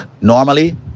Normally